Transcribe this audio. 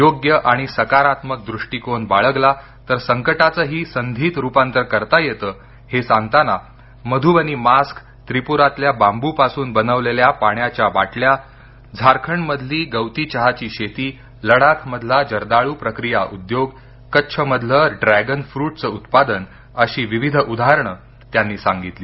योग्य आणि सकारात्मक दृष्टीकोन बाळगला तर संकटाचंही संधीत रुपांतर करता येतं हे सांगताना मधुबनी मास्क त्रिपुरातल्या बांबू पासून बनवलेल्या पाण्याच्या बाटल्या झारखंड मधली गवती चहाची शेती लडाख मधला जर्दाळू प्रक्रिया उद्योग कच्छ मधलं ड्रॅगनफ्रूटचं उत्पादन अशी विविध उदाहरण त्यांनी सांगितली